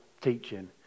teaching